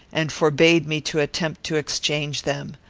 and forbade me to attempt to exchange them.